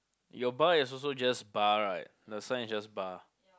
your bar is also just bar right the sign is just bar